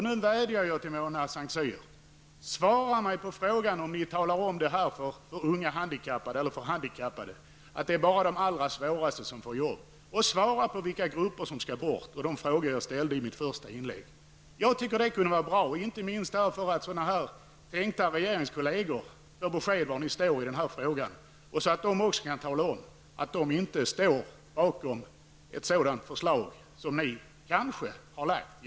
Nu vädjar jag till Mona Saint Cyr: Svara mig på frågan hur ni talar om för de handikappade att det bara är de svårast handikappade som kan få jobb och att vissa grupper skall bort. Dessa frågor ställde jag i mitt första inlägg. Jag tycker att det kunde vara bra, inte minst därför att tänkta regeringskolleger får besked var ni står i denna fråga och kan tala om att de inte står bakom ett sådant förslag som ni kanske har lagt fram.